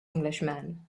englishman